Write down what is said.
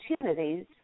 opportunities